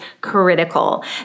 critical